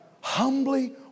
humbly